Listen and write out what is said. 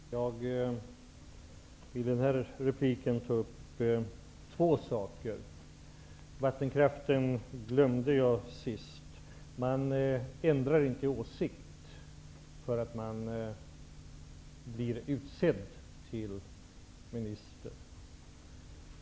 Herr talman! Jag vill i den här repliken ta upp två saker -- vattenkraften glömde jag sist. Man ändrar inte åsikt för att man blir utsedd till minister.